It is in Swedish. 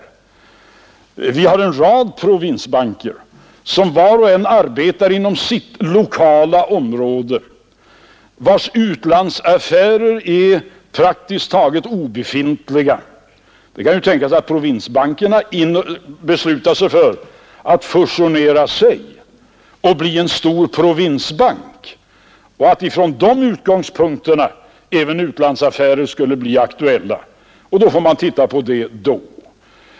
Vi har en rad provinsbanker som var och en arbetar inom sitt lokala område och vars utlandsaffärer är praktiskt taget obefintliga. Det kan ju tänkas att provinsbankerna beslutar sig för att fusionera sig och bli en stor provinsbank och att från de utgångspunkterna även utlandsaffärer skulle bli aktuella. Då får man titta på det.